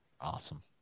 Awesome